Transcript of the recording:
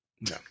no